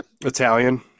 Italian